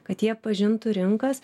kad jie pažintų rinkas